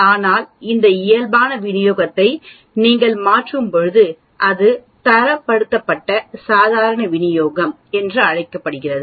ஆனால் இந்த இயல்பான விநியோகத்தை நீங்கள் மாற்றும்போது அது தரப்படுத்தப்பட்ட சாதாரண விநியோகம் என்று அழைக்கப்படுகிறது